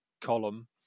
column